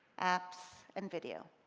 apps, and video.